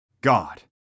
God